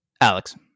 alex